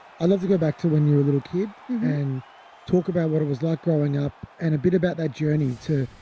i love to go back to when you were a little kid and talk about what it was like growing up and a bit about that journey to,